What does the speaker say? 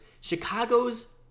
Chicago's